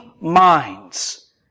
minds